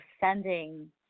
sending